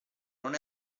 non